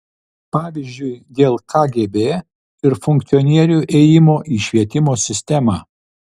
pavyzdžiui dėl kgb ir funkcionierių ėjimo į švietimo sistemą